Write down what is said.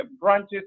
branches